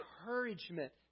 encouragement